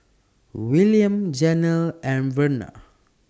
Wiliam Janel and Verna